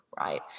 right